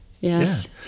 Yes